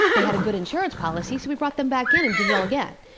they had a good insurance policy so we brought them back in and did it all again.